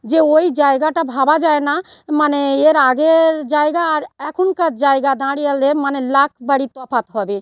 যে ওই জায়গাটা ভাবা যায় না মানে এর আগের জায়গা আর এখনকার জায়গা দাঁড়ালে মানে লাখ বাড়ি তফাৎ হবে